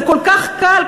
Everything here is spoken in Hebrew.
זה כל כך קל,